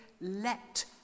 let